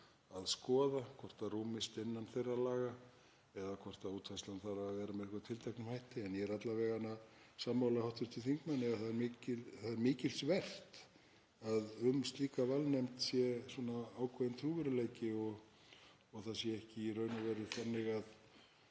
að skoða hvort það rúmist innan þeirra laga eða hvort útfærslan þurfi að vera með tilteknum hætti. En ég er alla vega sammála hv. þingmanni að það er mikils vert að um slíka valnefnd ríki ákveðinn trúverðugleiki og það sé ekki í raun og veru þannig að